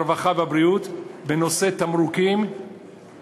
הרווחה והבריאות, בנושאים: תמרוקים,